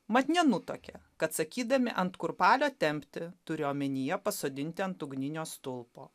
mat nenutuokė kad sakydami ant kurpalio tempti turėjo omenyje pasodinti ant ugninio stulpo